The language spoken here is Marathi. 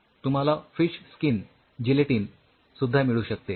तुम्हाला फिश स्किन जिलेटीन सुद्धा मिळू शकते